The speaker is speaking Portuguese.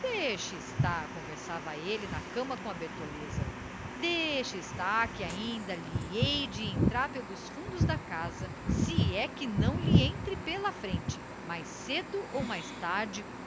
deixa estar conversava ele na cama com a bertoleza deixa estar que ainda lhe hei de entrar pelos fundos da casa se é que não lhe entre pela frente mais cedo ou mais tarde